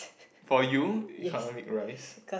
for you economic rice